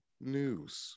news